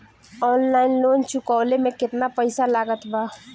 Online loan चुकवले मे केतना पईसा लागत बा?